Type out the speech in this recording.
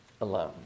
alone